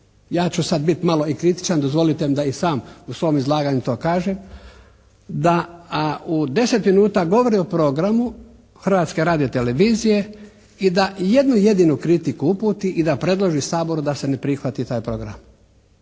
Ja ću sad biti malo i kritičan. Dozvolite mi da i sam u svom izlaganju to kažem, da u deset minuta govori o programu Hrvatske radiotelevizije i da jednu jedinu kritiku uputi i da predloži Saboru da se ne prihvati taj program.